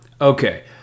Okay